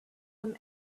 him